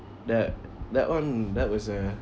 that that one that was a